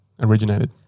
originated